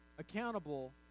Accountable